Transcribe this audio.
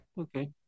okay